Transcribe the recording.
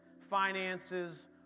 finances